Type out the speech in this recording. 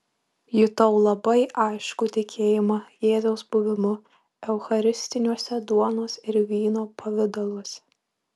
jutau labai aiškų tikėjimą jėzaus buvimu eucharistiniuose duonos ir vyno pavidaluose